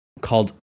called